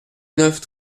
neuf